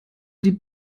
die